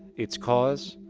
its cause?